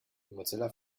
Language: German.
mozilla